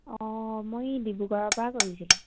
অ মই ডিব্ৰুগড়ৰ পৰা কৰিছিলোঁ